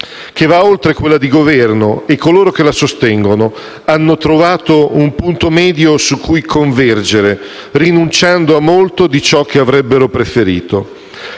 che va oltre quella di Governo; coloro che la sostengono hanno trovato un punto medio su cui convergere, rinunciando a molto di ciò che avrebbero preferito.